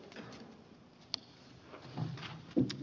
herra puhemies